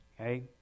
Okay